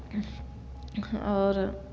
आओर